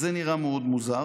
זה נראה מאוד מוזר.